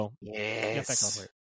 Yes